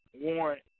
warrant